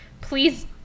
please